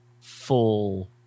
full